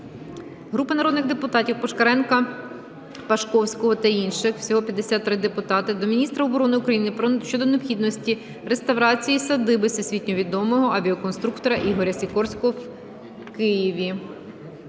Групи народних депутатів (Пушкаренка, Пашковського та інших. Всього 53 депутатів) до міністра оборони України щодо необхідності реставрації садиби всесвітньо відомого авіаконструктора Ігоря Сікорського в Києві.